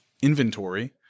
inventory